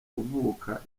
kuvuka